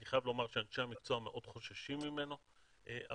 אני חייב לומר שאנשי המקצוע מאוד חוששים ממנו אבל